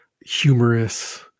humorous